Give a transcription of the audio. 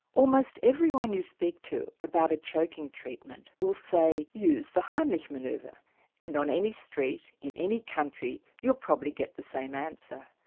almost everyone you speak to about a choking treatment will say use the heimlich manoeuvre ah and on any street, in any country you'll probably get the same answer.